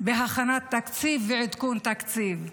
בהכנת תקציב ועדכון תקציב.